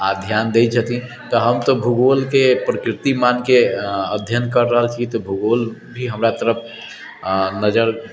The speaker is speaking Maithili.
आओर धिआन दै छथिन तऽ हम तऽ भूगोलके प्रकृति मानिकऽ अध्ययन करि रहल छी तऽ भूगोल भी हमरा तरफ नजरि